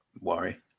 worry